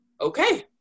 okay